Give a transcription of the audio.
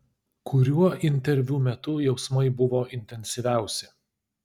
kuriuo interviu metu jausmai buvo intensyviausi